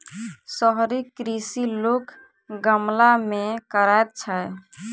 शहरी कृषि लोक गमला मे करैत छै